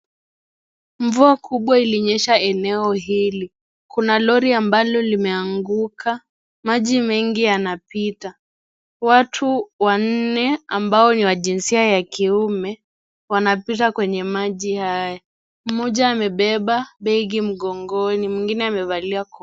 Mvua kubwa ilinyesha eneo hili, kuna lori ambalo limeanguka, maji mengi yanapita, watu wanne ambao ni wa jinsia ya kiume wanapita kwenye maji haya, mmoja amebeba begi mgongoni mwingine amevalia kofia.